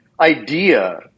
idea